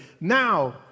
now